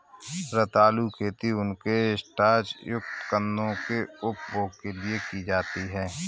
रतालू खेती उनके स्टार्च युक्त कंदों के उपभोग के लिए की जाती है